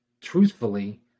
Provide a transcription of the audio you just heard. truthfully